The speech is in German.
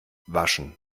waschen